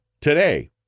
Today